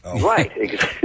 Right